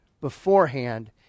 beforehand